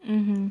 mmhmm